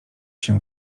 się